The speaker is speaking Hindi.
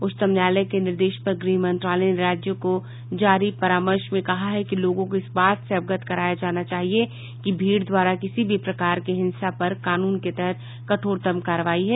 उच्चतम न्यायालय के निर्देश पर गृह मंत्रालय ने राज्यों को जारी परामर्श में कहा है कि लोगों को इस बात से अवगत कराया जाना चाहिए कि भीड़ द्वारा किसी भी प्रकार की हिंसा पर कानून के तहत कठोरतम कार्रवाई है